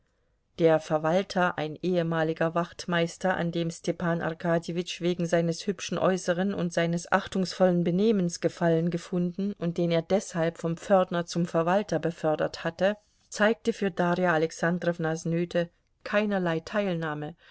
der verwalter ein ehemaliger wachtmeister an dem stepan arkadjewitsch wegen seines hübschen äußeren und seines achtungsvollen benehmens gefallen gefunden und den er deshalb vom pförtner zum verwalter befördert hatte zeigte für darja alexandrownas nöte keinerlei teilnahme